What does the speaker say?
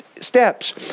steps